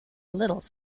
little